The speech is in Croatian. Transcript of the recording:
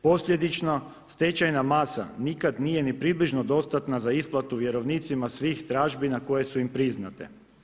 Posljedično, stečajna masa nikad nije ni približno dostatna za isplatu vjerovnicima svim tražbina koje su im priznate.